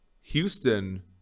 Houston